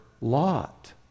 Lot